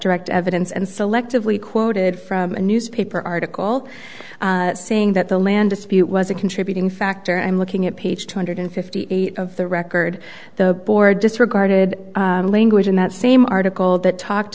direct evidence and selectively quoted from a newspaper article saying that the land dispute was a contributing factor i'm looking at page two hundred fifty eight of the record the board disregarded language in that same article that talked